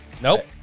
Nope